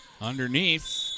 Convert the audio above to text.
Underneath